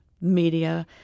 media